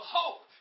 hope